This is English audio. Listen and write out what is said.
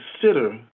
consider